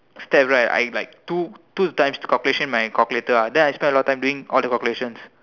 step right I like do two times calculations in my calculator ah then I spend a lot of time doing all the calculations